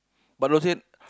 but those days